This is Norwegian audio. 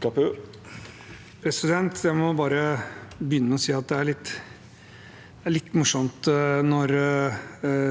Jeg må begynne med å si at det er litt morsomt når